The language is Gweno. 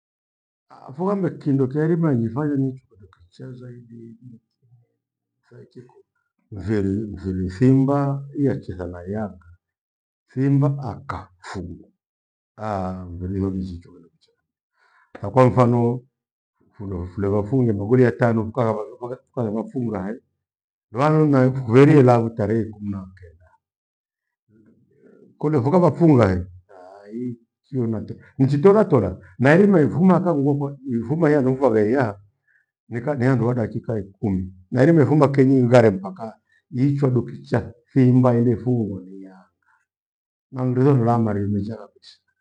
Ah! Fughambe kindo kwairima injifanya niichwe kindo kicha thaidi nikimfae kiko mfiri- mfiri thimba iya cheza na Yanga. Simba akafungwa ngeri iyo njicho kindo kichaa, akwa mfano phundo fule vafungwe magori atano nkaghavalio vaghae tukavafunga hai lua noinai fukuvorie laphu tarehe ikumi na kenda kole, vukaphafunga eh! aii! kionate, nchitora tora nairima ifuma aka vugwakwa ifuma yanga ukwaghaiyaa nikanihandu hadakika ikumi nairima ifuma kenyi ughare mpaka ichwadu kichaa thimba iende fungwa niyanga na nduo tulamarie micha kabisaa.